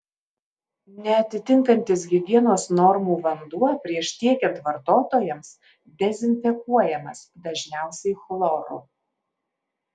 neatitinkantis higienos normų vanduo prieš tiekiant vartotojams dezinfekuojamas dažniausiai chloru